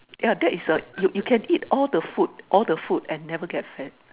yeah that is a you can eat all the food all the food and never get fat